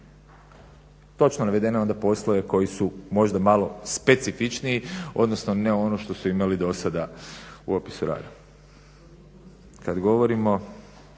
točno navedene onda poslove koji su možda malo specifičniji, odnosno ne ono što su imali dosada u opisu rada. Kad govorimo,